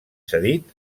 cedit